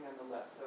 nonetheless